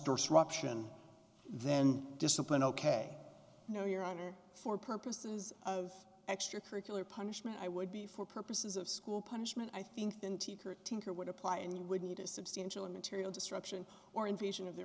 destruction then discipline ok no your honor for purposes of extracurricular punishment i would be for purposes of school punishment i think than tikrit thinker would apply and you would need a substantial material disruption or invasion of the